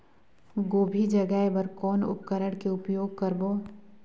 गोभी जगाय बर कौन उपकरण के उपयोग करबो?